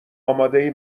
آماده